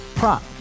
Prop